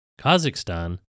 Kazakhstan